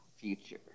future